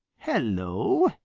hello!